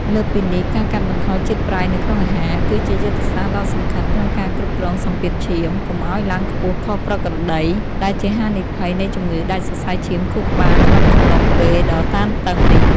លើសពីនេះ ការកាត់បន្ថយជាតិប្រៃនៅក្នុងអាហារ គឺជាយុទ្ធសាស្ត្រដ៏សំខាន់ក្នុងការគ្រប់គ្រងសម្ពាធឈាម កុំឱ្យឡើងខ្ពស់ខុសប្រក្រតី ដែលជាហានិភ័យនៃជំងឺដាច់សរសៃឈាមខួរក្បាលក្នុងកំឡុងពេលដ៏តានតឹងនេះ។